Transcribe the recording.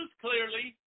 clearly